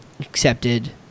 accepted